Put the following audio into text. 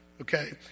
Okay